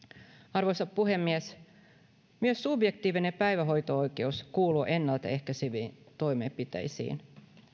arvoisa puhemies myös subjektiivinen päivähoito oikeus kuuluu ennaltaehkäiseviin toimenpiteisiin